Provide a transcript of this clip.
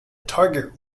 target